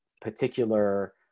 particular